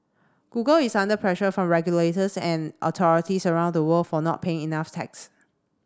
google is under pressure from regulators and authorities around the world for not paying enough tax